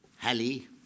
Hallie